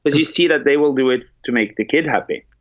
but he see that they will do it to make the kid happy?